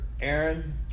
Aaron